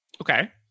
Okay